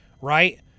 right